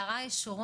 ראיתי כאב,